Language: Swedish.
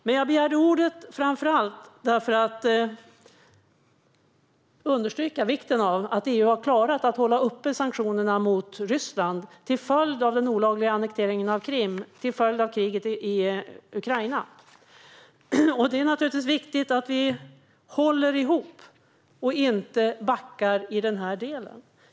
Men jag begärde ordet framför allt för att understryka vikten av att EU har klarat att upprätthålla sanktionerna mot Ryssland till följd av den olagliga annekteringen av Krim och kriget i Ukraina. Det är naturligtvis viktigt att vi håller ihop och inte backar här.